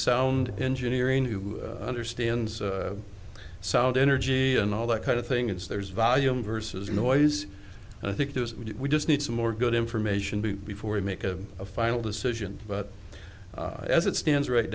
sound engineering who understands sound energy and all that kind of thing it's there's volume versus noise and i think we just need some more good information before we make a final decision but as it stands right